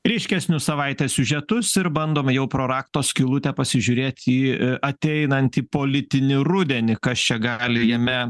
ryškesnius savaitės siužetus ir bandome jau pro rakto skylutę pasižiūrėt į ateinantį politinį rudenį kas čia gali jame